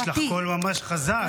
יש לך קול ממש חזק.